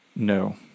No